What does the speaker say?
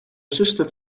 sister